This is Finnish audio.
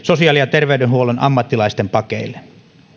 sosiaali ja terveydenhuollon ammattilaisten pakeille